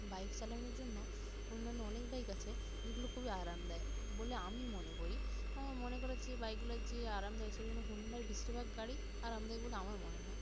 bike চালানোর জন্য অন্যান্য অনেক বাইক আছে যেগুলো খুবই আরামদায়ক বলে আমি মনে করি আমার মনে করার যে বাইকগুলো চেয়ে আরামদায়ক সেই জন্য হণ্ডার বেশিরভাগ গাড়ি আরামদায়ক বলে আমার মনে হয়